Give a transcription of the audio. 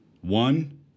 One